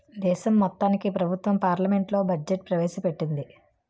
దేశం మొత్తానికి ప్రభుత్వం పార్లమెంట్లో బడ్జెట్ ప్రవేశ పెట్టింది